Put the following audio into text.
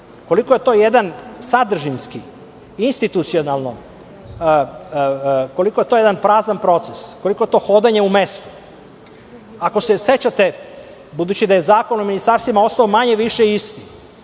koliko je to jedan sadržinski, institucijalno, koliko je to jedan prazan proces, hodanje u mestu. Ako se sećate, budući da je Zakon o ministarstvima ostao manje-više isti,